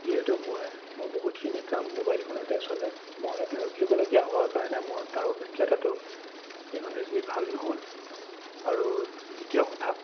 যিহেতু মই মোৰ বহুতখিনি কাম মোবাইল ফোনতে চলে মই অলপদিন ৰখিবলগীয়া হোৱাৰ কাৰণে মোৰ তাৰ অভিজ্ঞতাটো ইমান বেছি ভাল নহ'ল আৰু দ্বিতীয় কথা